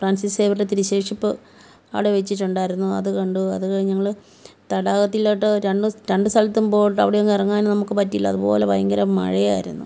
Francis സേവ്യറുടെ തിരുശേഷിപ്പ് അവിടെ വെച്ചിട്ടുണ്ടായിരുന്നു അത് കണ്ടു അത് കഴിഞ്ഞ് ഞങ്ങൾ തടാകത്തിലോട്ട് രണ്ട് രണ്ട് സ്ഥലത്ത് പോയിട്ട് അവിടെ എങ്ങും ഇറങ്ങാൻ പറ്റിയില്ല അതുപോലെ ഭയങ്കര മഴയായിരുന്നു